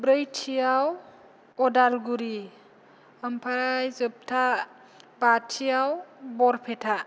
ब्रैथियाव उदालगुरि ओमफ्राय जोबथा बाथियाव बरपेता